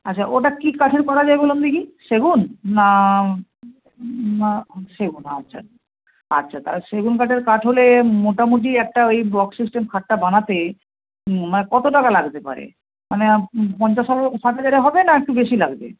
আচ্ছা ওটা কি কাঠের করা যায় বলুন দেখি সেগুন না না সেগুন আচ্ছা আচ্ছা তাহলে সেগুন কাঠের কাঠ হলে মোটামোটি একটা ওই বক্স সিস্টেম খাটটা বানাতে মানে কত টাকা লাগতে পারে মানে পঞ্চাশ হাজারে ষাট হাজারে হবে না আর একটু বেশি লাগবে